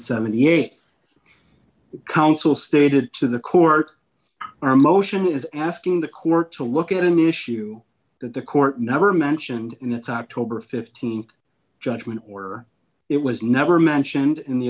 seventy eight cents counsel stated to the court our motion is asking the court to look at an issue that the court never mentioned in its october th judgment or it was never mentioned in the